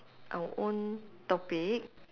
our own topic